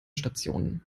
stationen